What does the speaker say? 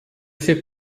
fait